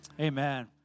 amen